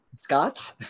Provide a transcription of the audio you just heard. scotch